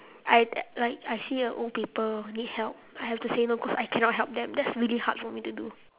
I like I see a old people who need help I have to say no cause I cannot help them that's really hard for me to do